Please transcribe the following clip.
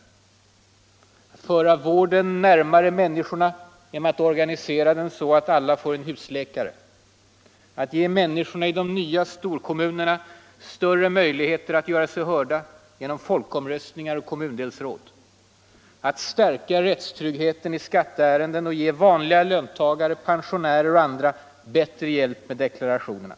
Vi vill att man skall föra vården närmare människorna genom att organisera den så att alla får en husläkare och att man skall ge människorna i de nya storkommunerna större möjligheter att göra sig hörda genom folkomröstningar och kommundelsråd. Vi kräver att man skall stärka rättstryggheten i skatteärenden och ge vanliga löntagare, pensionärer och andra bättre hjälp med deklarationerna.